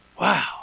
Wow